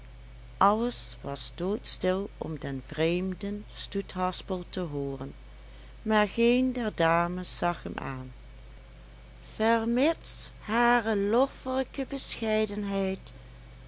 alles was doodstil om den vreemden stoethaspel te hooren maar geen der dames zag hem aan vermits hare loffelijke bescheidenheid